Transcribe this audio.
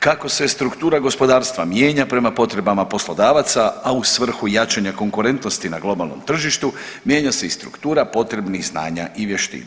Kako se struktura gospodarstva mijenja prema potrebama poslodavaca, a u svrhu jačanja konkurentnosti na globalnom tržištu mijenja se i struktura potrebnih znanja i vještina.